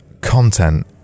content